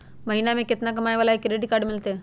महीना में केतना कमाय वाला के क्रेडिट कार्ड मिलतै?